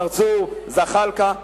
צרצור וזחאלקה.